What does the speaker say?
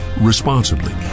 responsibly